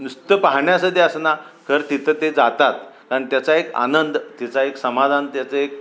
नुसतं पाहण्यासाठी असेना कर तिथं ते जातात कारण त्याचा एक आनंद तिचा एक समाधान त्याचं एक